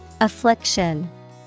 Affliction